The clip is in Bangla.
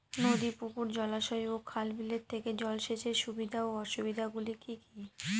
নদী পুকুর জলাশয় ও খাল বিলের থেকে জল সেচের সুবিধা ও অসুবিধা গুলি কি কি?